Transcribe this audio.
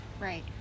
right